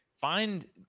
find